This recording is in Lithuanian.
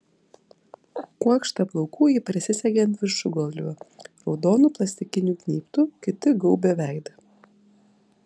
kuokštą plaukų ji prisisegė ant viršugalvio raudonu plastikiniu gnybtu kiti gaubė veidą